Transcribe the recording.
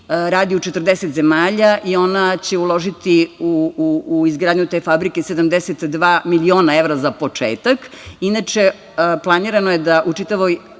radi u 40 zemalja i ona će uložiti u izgradnju te fabrike 72 miliona evra za početak. Inače, planirano je da u čitavoj